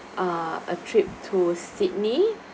uh a trip to sydney